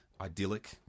Idyllic